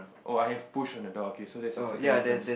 oh I have push on the door okay so that's the second difference